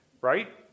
right